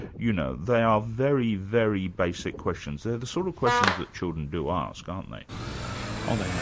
you know they are very, very basic questions they're the sort of questions that children do ask, aren't they? oh, they are.